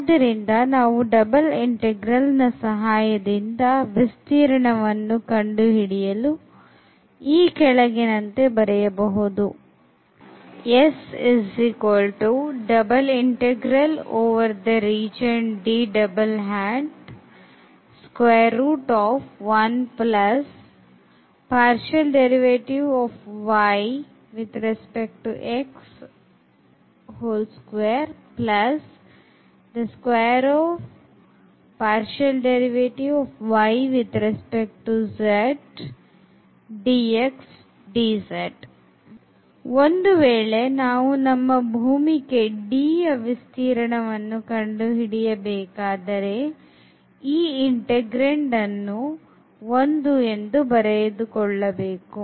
ಆದ್ದರಿಂದ ನಾವು double integral ನ ಸಹಾಯದಿಂದ ವಿಸ್ತೀರ್ಣವನ್ನು ಕಂಡು ಹಿಡಿಯಲು ಈ ಕೆಳಗಿನಂತೆ ಬರೆಯಬಹುದು ಒಂದು ವೇಳೆ ನಾವು ನಮ್ಮ ಭೂಮಿಕೆ Dಯ ವಿಸ್ತೀರ್ಣವನ್ನು ಕಂಡು ಹಿಡಿಯಬೇಕಾದರೆ ಈ integrand ಅನ್ನು 1 ಎಂದು ಬರೆದುಕೊಳ್ಳಬೇಕು